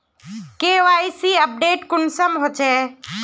KYC update कुंसम होचे?